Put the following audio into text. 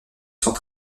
sans